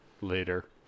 later